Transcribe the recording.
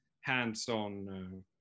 hands-on